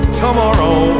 tomorrow